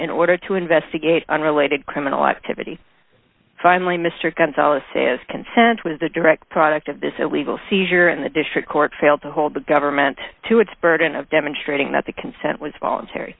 in order to investigate unrelated criminal activity finally mr gonzales as consent was the direct product of this illegal seizure and the district court failed to hold the government to its burden of demonstrating that the consent was voluntary